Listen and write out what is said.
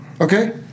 Okay